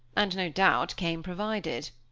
and no doubt came provided.